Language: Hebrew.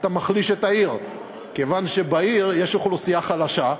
אתה מחליש את העיר כיוון שבעיר יש אוכלוסייה חלשה,